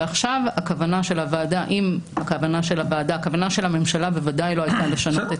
הכוונה של הממשלה ודאי לא הייתה לשנות את